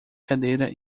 cadeira